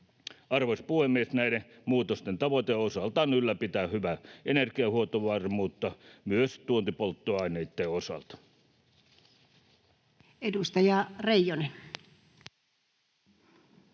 Arvoisa puhemies! Näiden muutosten tavoite on osaltaan ylläpitää hyvää energiahuoltovarmuutta myös tuontipolttoaineitten osalta.